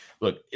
look